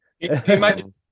Imagine